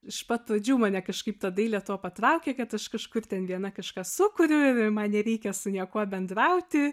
iš pat pradžių mane kažkaip ta dailė tuo patraukė kad aš kažkur ten viena kažką sukuriu ir man nereikia su niekuo bendrauti